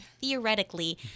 theoretically